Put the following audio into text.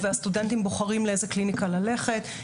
תמיכות והסטודנטים בוחרים לאיזו קליניקה ללכת.